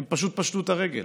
הם פשוט פשטו את הרגל.